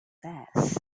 badass